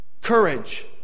courage